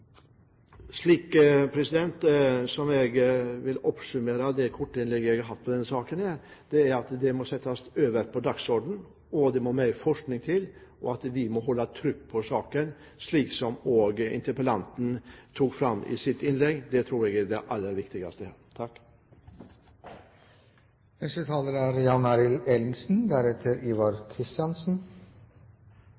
jeg oppsummere det korte innlegget jeg har hatt i denne saken: Den må settes øverst på dagsordenen, det må mer forskning til, og vi må holde trykk på saken, slik interpellanten sa i sitt innlegg. Det tror jeg er det aller viktigste.